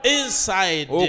inside